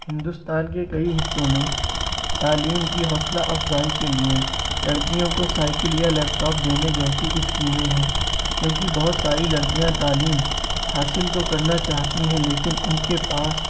ہندوستان کے کئی حصوں میں تعلیم کی حوصلہ افزائی کے لیے لڑکیوں کو سائیکل یا لیپ ٹاپ دینے جیسی اسکیمیں ہیں کیونکہ بہت ساری لڑکیاں تعلیم حاصل تو کرنا چاہتی ہیں لیکن ان کے پاس